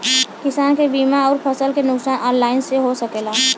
किसान के बीमा अउर फसल के नुकसान ऑनलाइन से हो सकेला?